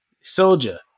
Soldier